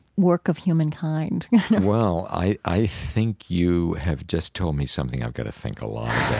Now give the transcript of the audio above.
work of humankind well, i i think you have just told me something i've got to think a lot